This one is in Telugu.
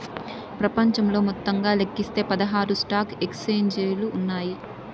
ప్రపంచంలో మొత్తంగా లెక్కిస్తే పదహారు స్టాక్ ఎక్స్చేంజిలు ఉన్నాయి